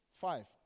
Five